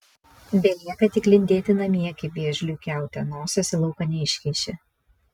belieka tik lindėti namie kaip vėžliui kiaute nosies į lauką neiškiši